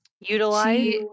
utilize